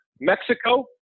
Mexico